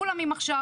כולם עם הכשרה,